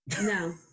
No